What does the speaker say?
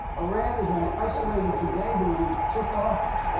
iran is more isolated today than when we took office.